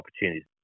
opportunities